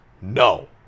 No